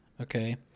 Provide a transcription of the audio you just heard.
okay